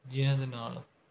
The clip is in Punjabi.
ਜਿਨ੍ਹਾਂ ਦੇ ਨਾਲ